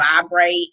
vibrate